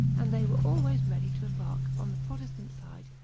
and they were always ready to embark, on the protestant side,